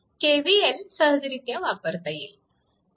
तर KVL सहजरित्या वापरता येईल